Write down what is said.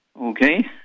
Okay